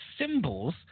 symbols